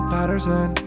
Patterson